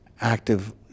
active